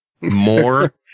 more